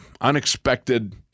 unexpected